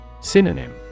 Synonym